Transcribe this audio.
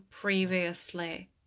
previously